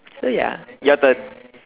so ya your turn